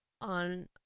on